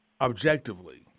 objectively